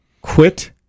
Quit